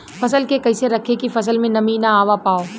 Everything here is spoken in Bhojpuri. फसल के कैसे रखे की फसल में नमी ना आवा पाव?